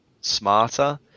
smarter